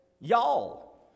y'all